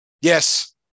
Yes